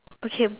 okay